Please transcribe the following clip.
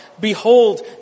Behold